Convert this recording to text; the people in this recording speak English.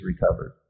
recovered